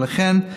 ולכן,